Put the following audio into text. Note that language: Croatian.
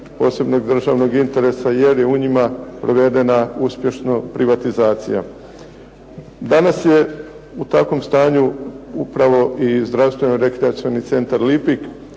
posebnog državnog interesa jer je u njima provedena uspješno privatizacija. Danas je u takvom stanju upravo i Zdravstveno-rekreacioni centar Lipik